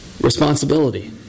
Responsibility